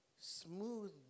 smooth